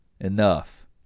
Enough